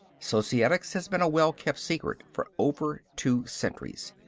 societics has been a well kept secret for over two centuries.